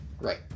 Right